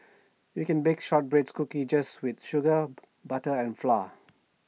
you can bake Shortbread Cookies just with sugar butter and flour